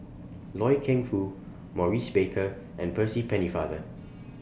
Loy Keng Foo Maurice Baker and Percy Pennefather